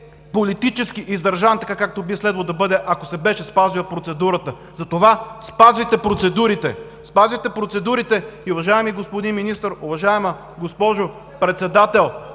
политически издържан така, както би следвало да бъде, ако се беше спазила процедурата. Затова спазвайте процедурите! Спазвайте процедурите! И, уважаеми господин Министър, уважаема госпожо Председател,